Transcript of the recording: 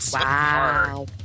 wow